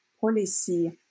policy